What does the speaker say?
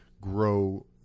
grow